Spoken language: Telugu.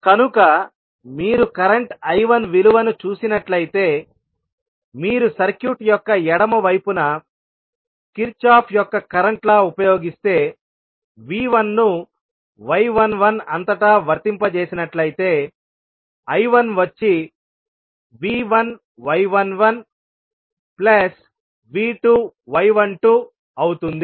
కనుక మీరు కరెంట్ I1 విలువను చూసినట్లయితేమీరు సర్క్యూట్ యొక్క ఎడమ వైపున కిర్చోఫ్ Kirchhoff's యొక్క కరెంట్ లా ఉపయోగిస్తేV1ను y11 అంతటా వర్తింప చేసినట్లయితే I1వచ్చి V1y11V2y12అవుతుంది